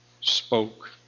spoke